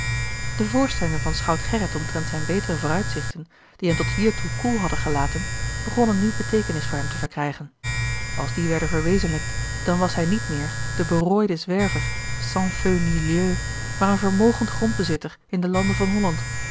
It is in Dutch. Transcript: de voorstellingen van schout gerrit omtrent zijne betere vooruitzichten die hem tot hiertoe koel hadden gelaten begonnen nu beteekenis voor hem te verkrijgen als die werden verwezenlijkt dan was hij niet meer de berooide zwerver sans feu ni lieu maar een vermogend grondbezitter in den lande van holland